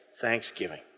Thanksgiving